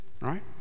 Right